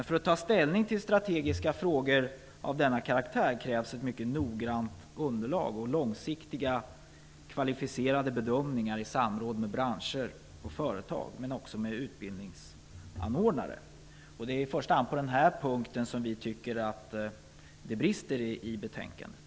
För att ta ställning till strategiska frågor av denna karaktär krävs det emellertid ett mycket noggrant underlag och långsiktiga kvalificerade bedömningar; i samråd med branscher och företag och även med utbildningsanordnare. Det är i första hand på den punkten som vi tycker att det brister i betänkandet.